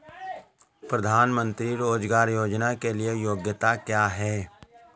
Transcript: प्रधानमंत्री रोज़गार योजना के लिए योग्यता क्या है?